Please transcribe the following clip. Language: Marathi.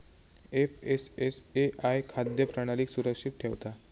एफ.एस.एस.ए.आय खाद्य प्रणालीक सुरक्षित ठेवता